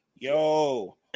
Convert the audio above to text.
Yo